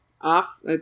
off